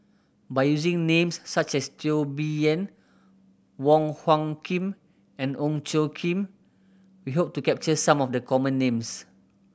by using names such as Teo Bee Yen Wong Hung Khim and Ong Tjoe Kim we hope to capture some of the common names